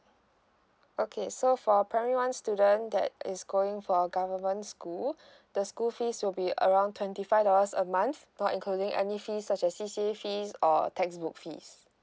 okay so for primary one student that is going for our government school the school fees will be around twenty five dollars a month not including any fees such as C_C_A fees or textbook fees